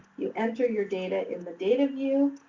you enter your data in the data view.